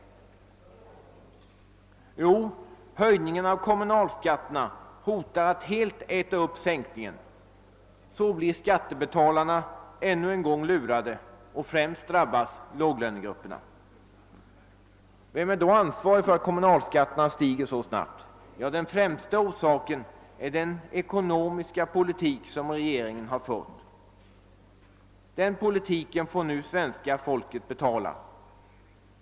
Jo, höjningarna av kommunalskatterna hotar att helt äta upp sänkningen. Så blir skattebetalarna ännu en gång lurade, och främst drabbas låglönegrupperna. Vem är då ansvarig för att kommunalskatterna stiger så snabbt? Jo, den främsta orsaken är den ekonomiska politik som regeringen fört. Den politiken får svenska folket nu betala.